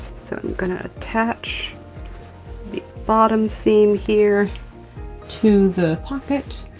so i'm gonna attach the bottom seam here to the pocket,